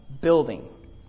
building